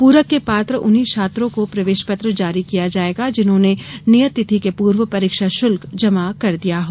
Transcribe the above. पूरक के पात्र उन्हीं छात्रों को प्रवेशपत्र जारी किया जायेगा जिन्होंने ने नियत तिथि के पूर्व परीक्षा शुल्क जमा कर दिया हो